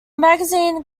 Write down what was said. magazine